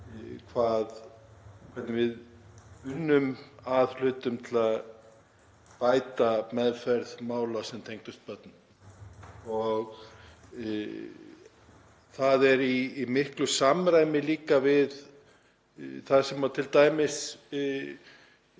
hvernig við unnum að hlutum til að bæta meðferð mála sem tengdust börnum. Það er líka í miklu samræmi við það sem hefur